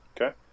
Okay